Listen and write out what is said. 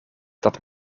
dat